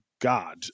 god